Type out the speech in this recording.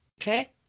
Okay